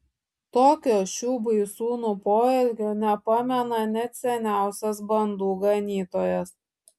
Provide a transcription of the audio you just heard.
tokio šių baisūnų poelgio nepamena net seniausias bandų ganytojas